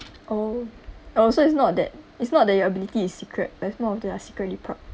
oh oh so it's not that it's not that your ability is secret but it's more of they are secretly proud